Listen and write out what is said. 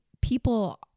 people